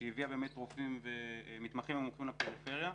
שהביאה מתמחים ומומחים לפריפריה,